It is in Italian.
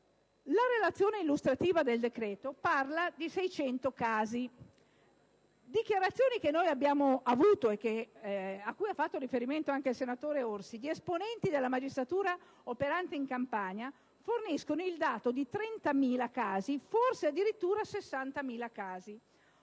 La relazione illustrativa del decreto parla di 600 casi. Dichiarazioni pervenuteci, a cui ha fatto riferimento anche il senatore Orsi, di esponenti della magistratura operanti in Campania forniscono il dato di 30.000, forse addirittura 60.000 casi.